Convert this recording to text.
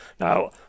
Now